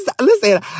listen